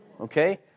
okay